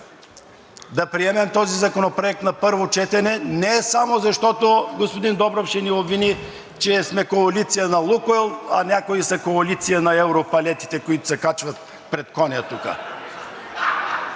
да приемем този законопроект на първо четене не само защото господин Добрев ще ни обвини, че сме коалиция на „Лукойл“, а някои са коалиция на европалетите, които се качват пред „Коня“ тук.